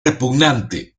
repugnante